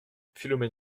philomèle